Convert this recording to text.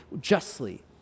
justly